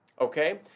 Okay